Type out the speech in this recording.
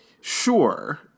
Sure